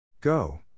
Go